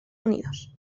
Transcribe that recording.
unidos